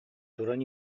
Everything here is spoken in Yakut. туран